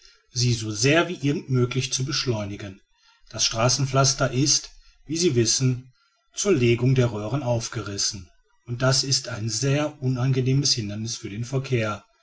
sie so sehr wie irgend möglich zu beschleunigen das straßenpflaster ist wie sie wissen zur legung der röhren aufgerissen und das ist ein sehr unangenehmes hinderniß für den verkehr